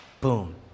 boom